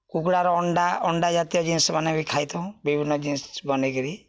କୁକୁଡ଼ାର ଅଣ୍ଡା ଅଣ୍ଡା ଜାତୀୟ ଜିନିଷ୍ ବନେଇକରି ବି ଖାଇଥାଉଁ ବିଭିନ୍ନ ଜିନିଷ୍ ବନେଇକିରି